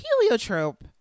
heliotrope